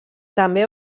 també